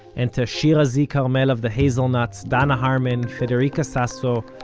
and to shira z. carmel of the hazelnuts, danna harman, federica sasso,